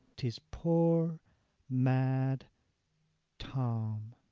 tis poor mad tom.